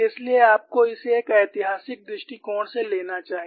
इसलिए आपको इसे एक ऐतिहासिक दृष्टिकोण से लेना चाहिए